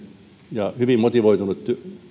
ja hyvin motivoitunut